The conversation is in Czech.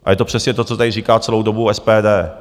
A je to přesně to, co tady říká celou dobu SPD.